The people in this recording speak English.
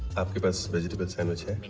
you but sell vegetable sandwiches?